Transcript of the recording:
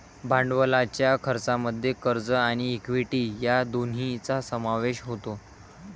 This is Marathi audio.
भांडवलाच्या खर्चामध्ये कर्ज आणि इक्विटी या दोन्हींचा समावेश होतो